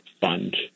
fund